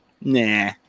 Nah